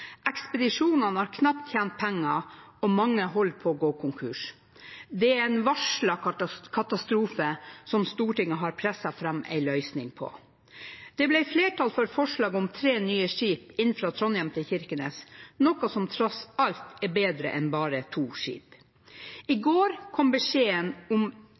Ekspedisjonene har knapt tjent penger, og mange holder på å gå konkurs. Det er en varslet katastrofe, som Stortinget har presset fram en løsning på. Det ble flertall for forslaget om tre nye skip inn Trondheim til Kirkenes, noe som tross alt er bedre enn bare to skip. I går kom beskjeden om